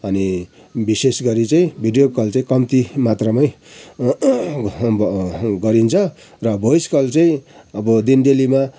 अनि विशेष गरी चाहिँ भिडियो कल चाहिँ कम्ती मात्रा मै गरिन्छ र भोइस कल चाहिँ अब दिन डेलीमा